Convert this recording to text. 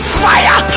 fire